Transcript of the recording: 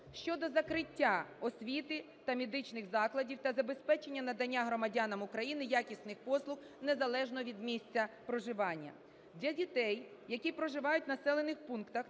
Щодо закриття освіти та медичних закладів та забезпечення надання громадянам України якісних послуг незалежно від місця проживання. Для дітей, які проживають в населених пунктах,